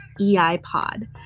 eipod